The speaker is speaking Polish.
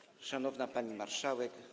Szanowna Pani Marszałek!